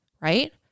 right